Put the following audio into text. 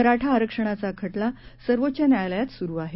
मराठा आरक्षणाचा खटला सर्वोच्च न्यायालयात सुरु आहे